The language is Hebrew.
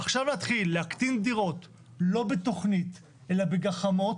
עכשיו להתחיל להקטין דירות לא בתוכנית אלא בגחמות,